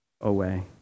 away